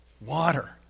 Water